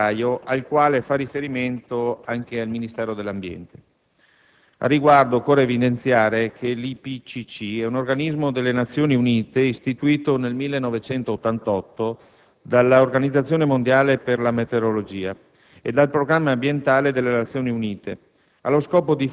lo scorso febbraio, al quale fa riferimento anche il Ministero dell'ambiente. Al riguardo, occorre evidenziare che l'IPCC è un organismo delle Nazioni Unite, istituito nel 1988 dalla Organizzazione mondiale per la meteorologia e dal Programma ambientale delle Nazioni Unite,